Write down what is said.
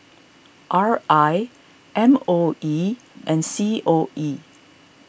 R I M O E and C O E